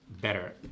better